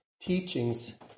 teachings